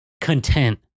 content